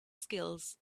skills